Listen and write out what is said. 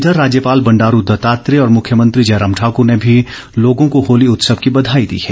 इधर राज्यपाल बंडारू दत्तात्रेय और मुख्यमंत्री जयराम ठाकुर ने भी लोगों को होली उत्सव की बधाई दी है